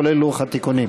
כולל לוח התיקונים.